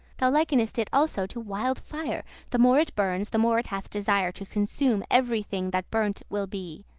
thou likenest it also to wild fire the more it burns, the more it hath desire to consume every thing that burnt will be.